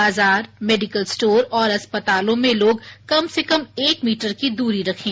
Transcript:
बाजार medical store और अस्पतालों में लोग कम से कम एक मीटर की दूरी रखें